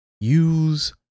use